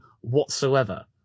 whatsoever